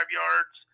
yards